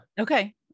Okay